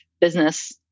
business